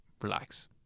relax